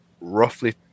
roughly